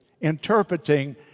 interpreting